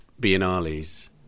biennales